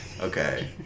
Okay